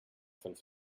fünf